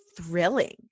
thrilling